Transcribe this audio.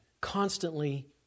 constantly